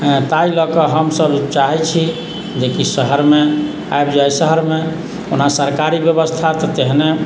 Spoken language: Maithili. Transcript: ताहि लऽ कऽ हमसभ चाहैत छी जे कि शहरमे आबि जाइ शहरमे ओना सरकारी व्यवस्था तऽ तेहने